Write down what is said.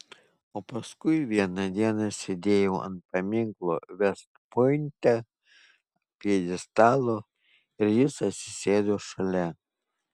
o paskui vieną dieną sėdėjau ant paminklo vest pointe pjedestalo ir jis atsisėdo šalia